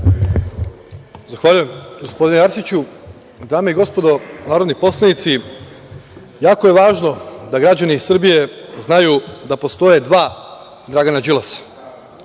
Zahvaljujem, gospodine Arsiću. Dame i gospodo narodni poslanici, jako je važno da građani Srbije znaju da postoje dva Dragana Đilasa.